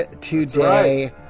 today